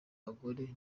bagore